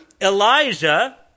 Elijah